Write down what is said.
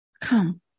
come